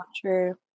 true